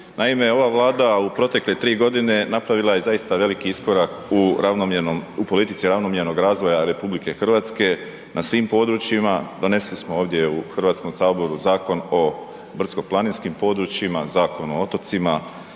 Naime, ova Vlada u protekle 3 godine napravila je zaista veliki iskorak u ravnomjernom, u politici ravnomjernog razvoja RH na svim područjima. Donesli smo ovdje u HS-u Zakon o brdsko-planinskim područjima, Zakon o otocima,